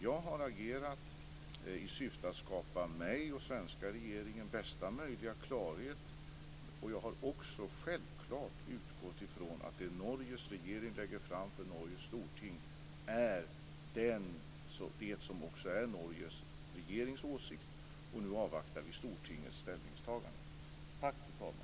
Jag har agerat i syfte att skapa mig och svenska regeringen bästa möjliga klarhet. Jag har också självklart utgått från att det Norges regering lägger fram för Norges storting är det som också är Norges regerings åsikt, och nu avvaktar vi Stortingets ställningstagande.